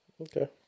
Okay